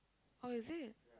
oh is it